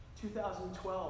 2012